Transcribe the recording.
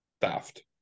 theft